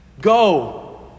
Go